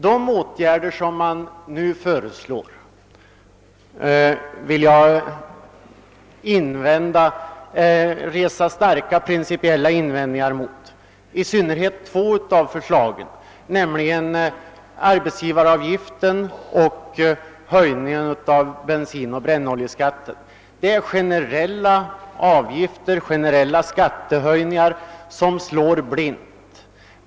De åtgärder som nu föreslås vill jag emellertid resa starka principiella invändningar mot — i synnerhet mot två av förslagen, nämligen höjningen av arbetsgivaravgiften och skärpningen av bensinoch brännoljeskatten. Här rör det sig om generella skattehöjningar som slår blint.